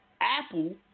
Apple